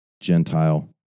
Gentile